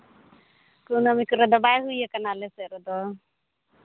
ᱠᱩᱱᱟᱹᱢᱤ ᱠᱚᱨᱮ ᱫᱚ ᱵᱟᱭ ᱦᱩᱭ ᱠᱟᱱᱟ ᱟᱞᱮ ᱥᱮᱫ ᱨᱮᱫᱚ